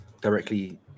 directly